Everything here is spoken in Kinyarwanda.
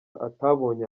atabonye